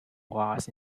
walls